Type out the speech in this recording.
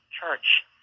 church